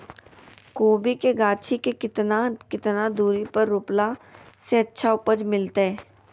कोबी के गाछी के कितना कितना दूरी पर रोपला से अच्छा उपज मिलतैय?